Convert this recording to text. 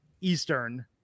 Eastern